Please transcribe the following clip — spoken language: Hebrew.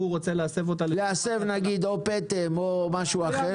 הוא רוצה להסב -- --להסב או פטם או משהו אחר.